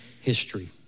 history